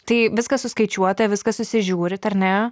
tai viskas suskaičiuota viską susižiūrit ar ne